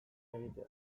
egitea